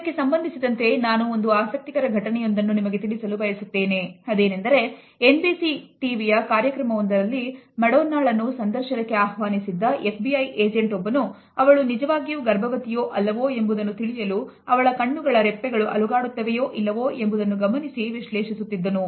ಅದೇನೆಂದರೆ NBC ಟೆಲಿವಿಷನ್ನಿನ ಕಾರ್ಯಕ್ರಮವೊಂದರಲ್ಲಿ Madonnaಳನ್ನು ಸಂದರ್ಶನಕ್ಕೆ ಆಹ್ವಾನಿಸಿದ್ದ FBI ಏಜೆಂಟ್ ಒಬ್ಬನು ಅವಳು ನಿಜವಾಗಿಯೂ ಗರ್ಭವತಿಯೋ ಅಲ್ಲವೋ ಎಂಬುದನ್ನು ತಿಳಿಯಲು ಅವಳ ಕಣ್ಣುಗಳ ರೆಪ್ಪೆಗಳು ಅಲುಗಾಡುತ್ತವೆಯೋ ಇಲ್ಲವೋ ಎಂಬುದನ್ನು ಗಮನಿಸಿ ವಿಶ್ಲೇಷಿಸುತ್ತಿದ್ದನು